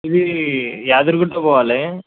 ఇది యాదగిరిగుట్ట పోవాలి